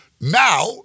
Now